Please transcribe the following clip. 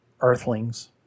Earthlings